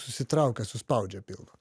susitraukia suspaudžia pilvą